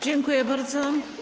Dziękuję bardzo.